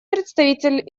представитель